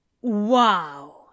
Wow